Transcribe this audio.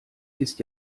ist